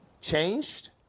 changed